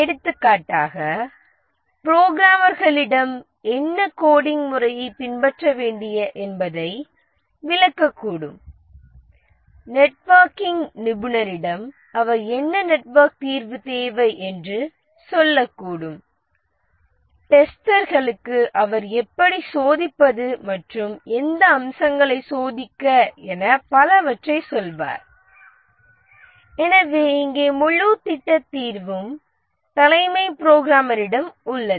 எடுத்துக்காட்டாக புரோகிராமர்கள்களிடம் என்ன கோடிங் முறையைச் பின்பற்ற வேண்டிய என்பதை விளக்கக்கூடும் நெட்வொர்க் நிபுணரிடம் அவர் என்ன நெட்வொர்க் தீர்வு தேவை என்று சொல்லக்கூடும் டெஸ்டர்களுக்கு அவர் எப்படிச் சோதிப்பது மற்றும் எந்த அம்சங்களை சோதிக்க என பலவற்றைச் சொல்வார் எனவே இங்கே முழு திட்ட தீர்வும் தலைமை புரோகிராமரிடம் உள்ளது